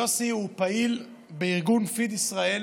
יוסי הוא פעיל בארגון FeedIsrael,